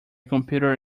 computer